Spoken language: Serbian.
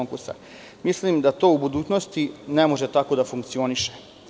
Mislim da to u budućnosti ne može tako da funkcioniše.